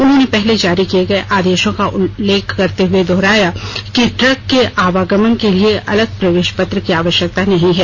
उन्होंने पहले जारी किये गये आदेशों का उल्लेख करते हुए दोहराया कि ट्रक के आवागमन के लिए अलग प्रवेश पत्र की आवश्यकता नहीं है